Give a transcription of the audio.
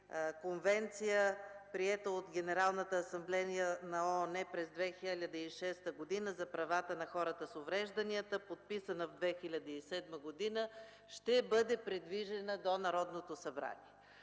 Конвенция, приета от Генералната асамблея на ООН през 2006 г., за правата на хората с увреждания, подписана в 2007 г., ще бъде придвижена до Народното събрание?